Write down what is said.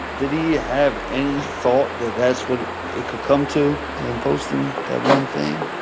did he have any thought that that's what it could come to, him posting that one thing?